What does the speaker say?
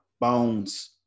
Bones